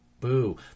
Boo